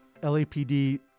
LAPD